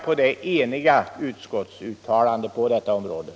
den det ej vill röstar nej.